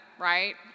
right